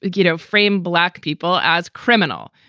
you know, frame black people as criminal.